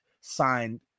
signed